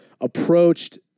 approached